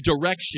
direction